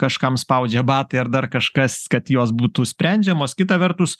kažkam spaudžia batai ar dar kažkas kad jos būtų sprendžiamos kita vertus